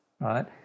Right